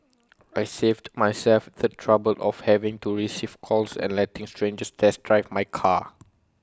I saved myself the trouble of having to receive calls and letting strangers test drive my car